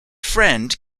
friend